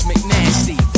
McNasty